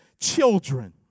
children